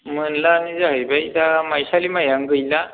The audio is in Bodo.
मोनलानो जाहैबाय दा माइसालि माइयानो गैला